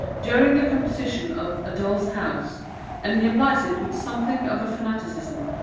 during the composition of a doll's house and he applies it with something of fanaticism.